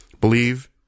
Believe